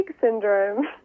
syndrome